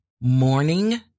morning